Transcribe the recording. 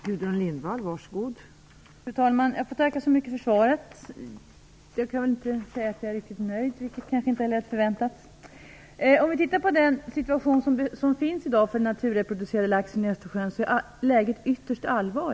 Fru talman! Jag får tacka så mycket för svaret. Jag kan inte säga att jag är riktigt nöjd, vilket kanske inte heller hade förväntats. Läget är i dag ytterst allvarligt för den naturreproducerande laxen i Östersjön.